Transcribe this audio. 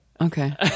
Okay